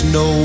no